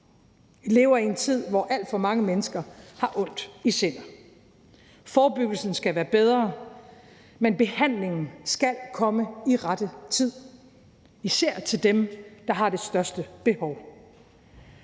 lever i en tid, hvor alt for mange mennesker har ondt i sindet. Forebyggelsen skal være bedre, men behandlingen skal komme i rette tid, især til dem, der har det største behov.